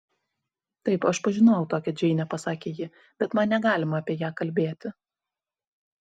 taip aš pažinojau tokią džeinę pasakė ji bet man negalima apie ją kalbėti